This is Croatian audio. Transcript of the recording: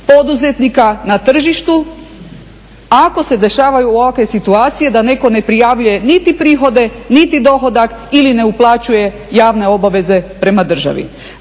poduzetnika na tržištu ako se dešavaju ovakve situacije da netko ne prijavljuje niti prihode, niti dohodak ili ne uplaćuje javne obaveze prema državi?